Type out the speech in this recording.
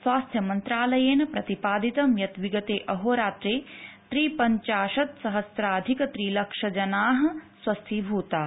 स्वास्थ्य मन्त्रालयेन प्रतिपादितं यत् विगते अहोरात्रे त्रि पंचाशदसहस्राधिकत्रिलक्षजनाः स्वस्थीभूताः